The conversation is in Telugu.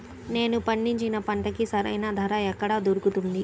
నేను పండించిన పంటకి సరైన ధర ఎక్కడ దొరుకుతుంది?